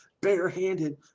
barehanded